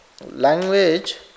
language